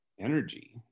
energy